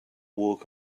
walk